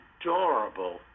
adorable